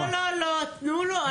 שנייה, אני הקשבתי --- לא, לא, תנו לו.